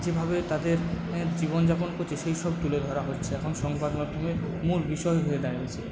যেভাবে তাদের জীবন যাপন করছে সেই সব তুলে ধরা হচ্ছে এখন সংবাদমাধ্যমের মূল বিষয় হয়ে দাঁড়িয়েছে